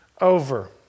over